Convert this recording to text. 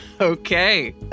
Okay